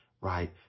right